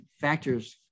factors